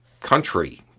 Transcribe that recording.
country